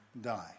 die